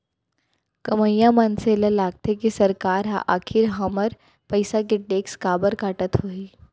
कमइया मनसे ल लागथे के सरकार ह आखिर हमर पइसा के टेक्स काबर काटत होही